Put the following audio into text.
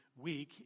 week